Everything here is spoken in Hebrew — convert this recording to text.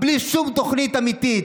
בלי שום תוכנית אמיתית.